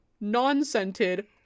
non-scented